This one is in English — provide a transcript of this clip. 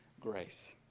grace